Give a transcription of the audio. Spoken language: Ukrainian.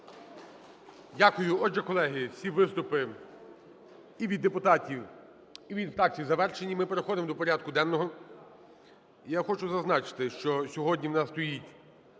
Дякую. Отже, колеги, всі виступи і від депутатів, і від фракцій завершені. Ми переходимо до порядку денного. І я хочу зазначити, що сьогодні у нас стоїть